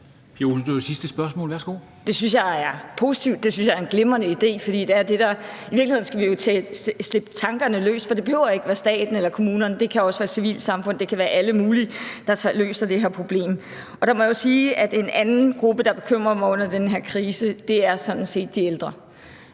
13:45 Pia Olsen Dyhr (SF): Det synes jeg er positivt. Det synes jeg er en glimrende idé. I virkeligheden skal vi jo slippe tankerne løs, for det behøver ikke at være staten eller kommunerne, det kan også være civilsamfundet, det kan være alle mulige, der løser det her problem. Og der må jeg jo sige, at der er en anden gruppe, der bekymrer mig under den her krise, og det er sådan set de ældre.